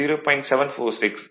746 15